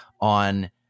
on